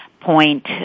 Point